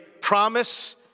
promise